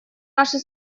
наши